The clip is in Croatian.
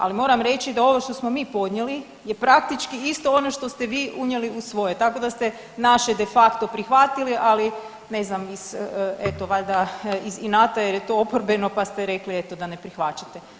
Ali moram reći da ovo što smo mi podnijeli je praktički isto ono što ste vi unijeli u svoje, tako da ste naše de facto prihvatili ali ne znam iz eto valjda iz inata jer je to oporbeno pa ste rekli eto da ne prihvaćate.